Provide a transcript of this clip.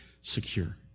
secure